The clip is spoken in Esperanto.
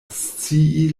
scii